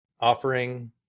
offering